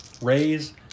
Raise